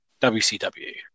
WCW